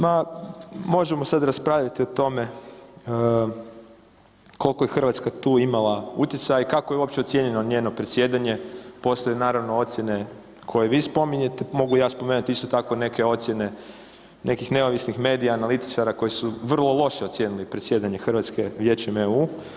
Ma, možemo sad raspravljati o tome kolko je RH tu imala utjecaj i kako je uopće ocjenjeno njeno predsjedanje, postoje naravno ocijene koje vi spominjete, mogu ja spomenut isto tako neke ocijene nekih neovisnih medija, analitičara koji su vrlo loše ocijenili predsjedanje RH Vijećem EU.